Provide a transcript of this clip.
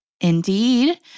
Indeed